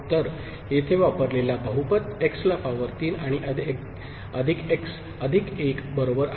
तर येथे वापरलेला बहुपद x ला पावर 3 अधिक x अधिक 1 बरोबर आहे